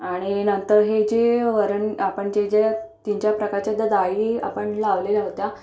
आणि नंतर हे जे वरण आपण जे जे तीनचार प्रकारच्या ज्या डाळी आपण लावलेल्या होत्या